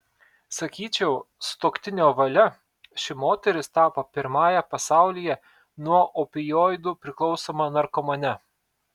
sakyčiau sutuoktinio valia ši moteris tapo pirmąja pasaulyje nuo opioidų priklausoma narkomane